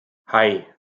hei